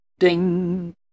Ding